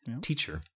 teacher